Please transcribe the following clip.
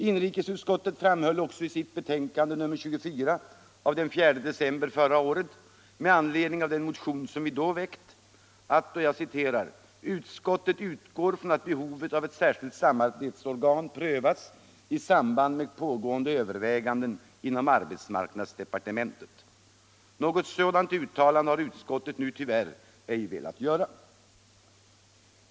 Inrikesutskottet framhöll också i sitt betänkande nr 24 den 4 december förra året med anledning av den motion som vi då väckt: ”Utskottet utgår från att behovet av ett särskilt samarbetsorgan prövas i samband med pågående överväganden inom arbetsmarknadsdepartementet.” Något sådant uttalande har utskottet nu tyvärr ej velat göra.